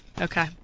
Okay